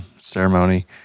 ceremony